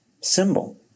symbol